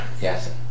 yes